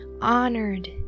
Honored